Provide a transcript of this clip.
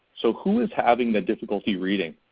so who is having the difficulty reading?